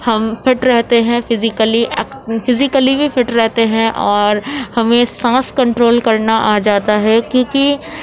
ہم فٹ رہتے ہیں فزیکلی ایکٹ فزیکلی بھی فٹ رہتے ہیں اور ہمیں سانس کنٹرول کرنا آ جاتا ہے کیونکہ